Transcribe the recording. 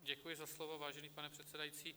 Děkuji za slovo, vážený pane předsedající.